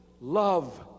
love